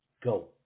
Go